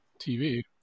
TV